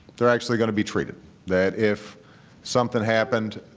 they're actually going to be treated that if something happened